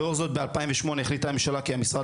לאור זאת ב-2008 החליטה הממשלה כי המשרד